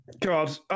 God